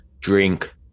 Drink